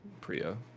Priya